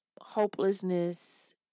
hopelessness